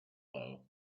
low